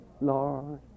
Lord